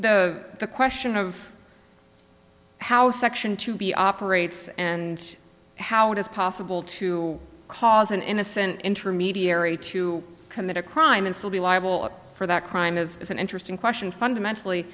the question of how section two b operates and how it is possible to cause an innocent intermediary to commit a crime and still be liable for that crime is an interesting question fundamentally